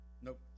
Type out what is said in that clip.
Nope